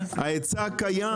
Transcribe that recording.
ההיצע קיים.